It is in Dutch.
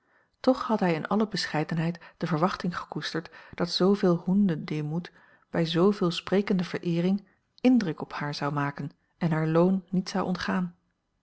toch had hij in alle bescheidenheid de verwachting gekoesterd dat zooveel hunde demuth bij zooveel sprekende vereering indruk op haar zou maken en haar loon niet zou ontgaan